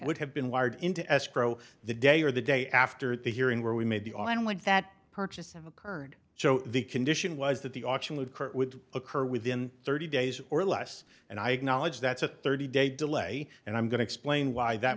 would have been wired into escrow the day or the day after the hearing where we made the online would that purchase have occurred so the condition was that the auction would kurt would occur within thirty days or less and i acknowledge that's a thirty day delay and i'm going to explain why that